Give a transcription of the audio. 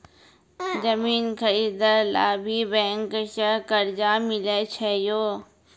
जमीन खरीदे ला भी बैंक से कर्जा मिले छै यो?